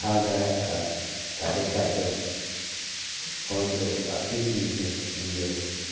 ᱯᱟᱲᱦᱟᱣ ᱫᱟᱲᱮᱭᱟᱜ ᱠᱷᱟᱡ ᱛᱟᱦᱚᱞᱮ ᱠᱷᱟᱡ ᱫᱚ ᱦᱳᱭ ᱛᱳ ᱟᱹᱠᱷᱤᱨ ᱫᱤᱱ ᱨᱮ ᱤᱧᱫᱚ